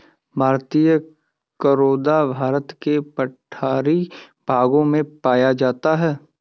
भारतीय करोंदा भारत के पठारी भागों में पाया जाता है